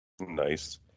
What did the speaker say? Nice